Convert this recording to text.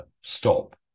stop